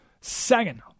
Second